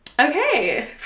Okay